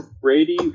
Brady